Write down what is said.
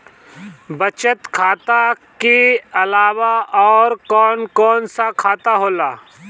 बचत खाता कि अलावा और कौन कौन सा खाता होला?